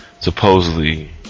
supposedly